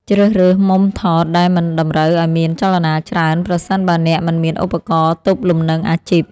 ជ្រើសរើសមុំថតដែលមិនតម្រូវឱ្យមានចលនាច្រើនប្រសិនបើអ្នកមិនមានឧបករណ៍ទប់លំនឹងអាជីព។